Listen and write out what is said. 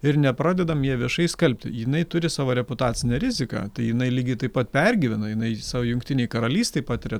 ir nepradedam ją viešai skalbti jinai turi savo reputacinę riziką tai jinai lygiai taip pat pergyvena jinai savo jungtinėj karalystėj patiria